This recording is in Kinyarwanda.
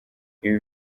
ibi